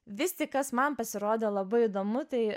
vis tik kas man pasirodė labai įdomu tai